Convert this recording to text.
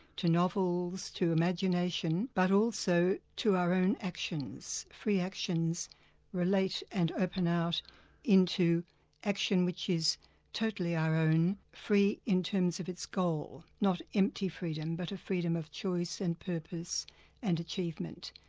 to novels, to imagination, but also to our own actions, free actions relate and open out into action which is totally our own, free in terms of its goal, not empty freedom, but a freedom of choice and purpose and achievement.